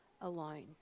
alone